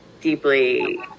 deeply